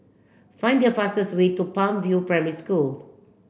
find the fastest way to Palm View Primary School